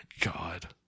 God